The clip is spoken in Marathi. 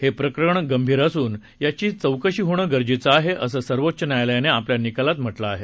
हे प्रकरण गंभीर असून याची चौकशी होणं गरजेचं आहे असं सर्वोच्च न्यायालयानं आपल्या निकालात म्हटलं आहे